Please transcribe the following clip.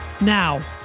Now